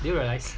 do you realise